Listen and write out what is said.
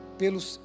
pelos